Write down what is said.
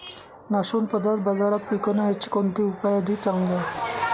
नाशवंत पदार्थ बाजारात विकण्याचे कोणते उपाय अधिक चांगले आहेत?